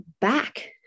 back